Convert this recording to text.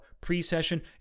pre-session